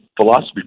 philosophy